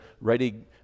ready